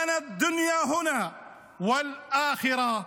היינו לפניך ונהיה אחריך.